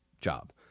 job